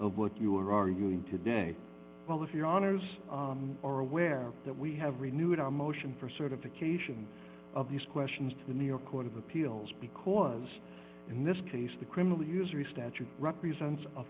what you are arguing today well of your honor's are aware that we have renewed our motion for certification of these questions to the new york court of appeals because in this case the criminal usury statute represents a